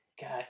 God